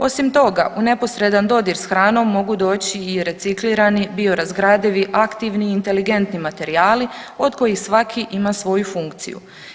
Osim toga u neposredan dodir s hranom mogu doći i reciklirani, biorazgradivi, aktivni, inteligentni materijali od kojih svaki ima svoju funkciju.